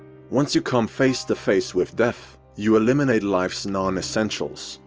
once you come face to face with death, you eliminate life's non-essentials.